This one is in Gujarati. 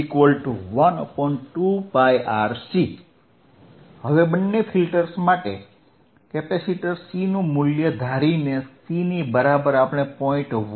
f 12πRC હવે બંને ફિલ્ટર્સ માટે કેપેસિટર C નું મૂલ્ય ધારીને C ની બરાબર આપણે 0